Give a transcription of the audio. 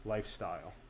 Lifestyle